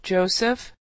Joseph